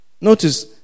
notice